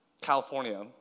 California